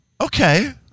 Okay